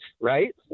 right